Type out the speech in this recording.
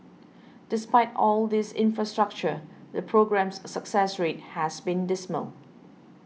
despite all this infrastructure the programme's success rate has been dismal